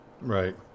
Right